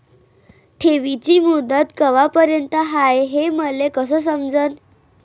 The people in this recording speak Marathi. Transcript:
ठेवीची मुदत कवापर्यंत हाय हे मले कस समजन?